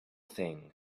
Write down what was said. thing